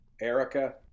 Erica